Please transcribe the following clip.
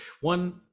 one